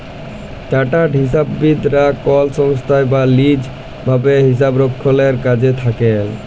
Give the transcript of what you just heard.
chartered হিসাববিদ রা কল সংস্থায় বা লিজ ভাবে হিসাবরক্ষলের কাজে থাক্যেল